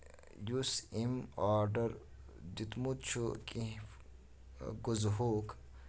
یُس أمۍ آرڈر دیُتمُت چھُ کیٚنٛہہ غزٕہُک